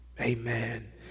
Amen